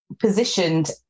positioned